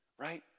right